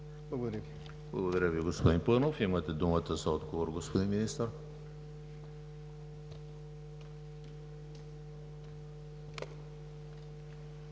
Благодаря Ви, господин Паунов. Имате думата за отговор, господин Министър.